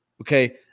okay